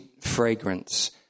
fragrance